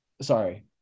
sorry